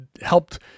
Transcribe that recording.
helped